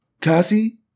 Cassie